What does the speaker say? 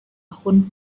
tahun